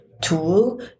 tool